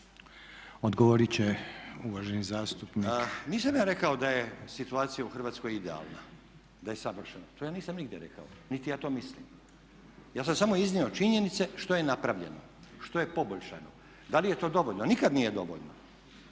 Odgovorit će uvaženi zastupnik. **Stazić, Nenad (SDP)** Nisam ja rekao da je situacija u Hrvatskoj idealna, da je savršena, to ja nisam nigdje rekao, niti ja to mislim. Ja sam samo iznio činjenice što je napravljeno, što je poboljšano, da li je to dovoljno, nikada nije dovoljno.